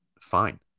fine